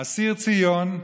אסיר ציון,